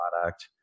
product